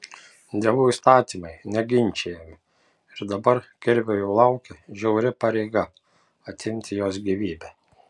dievų įstatymai neginčijami ir dabar krivio jau laukia žiauri pareiga atimti jos gyvybę